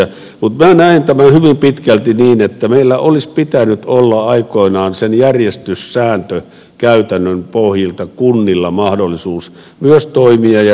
mutta minä näen tämän hyvin pitkälti niin että meillä olisi pitänyt olla aikoinaan sen järjestyssääntökäytännön pohjilta kunnilla mahdollisuus myös toimia ja reagoida